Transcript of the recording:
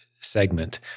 segment